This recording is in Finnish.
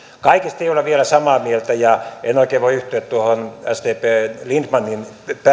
kaikesta ei olla vielä samaa mieltä enkä oikein voi yhtyä tuohon sdpn lindtmanin